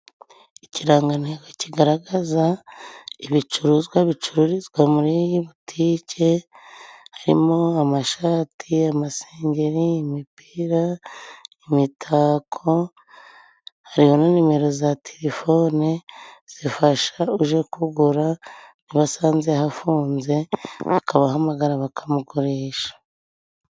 Ikirangantego kigaragaza ibicuruzwa bicururizwa muri iyi butike harimo :amashati, amasengeri, imipira, imitako, hariho na nimero za telefone zifasha uje kugura niba asanze hafunze akabahamagara bakamugurisha.